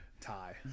Tie